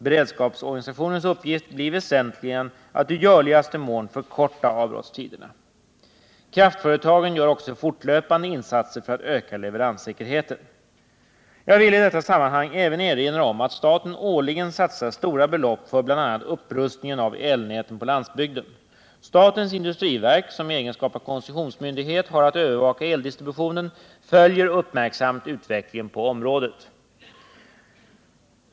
Beredskapsorganisationens uppgift blir väsentligen att i görligaste mån förkorta avbrottstiderna. Kraftföretagen gör också fortlöpande betydande insatser för att öka leveranssäkerheten. Jag vill i detta sammanhang även erinra om att staten årligen satsar stora belopp för bl.a. upprustningen av elnäten på landsbygden. Statens industriverk, som i egenskap av koncessionsmyndighet har att övervaka eldistributionen, följer uppmärksamt utvecklingen på området.